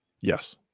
Yes